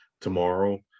tomorrow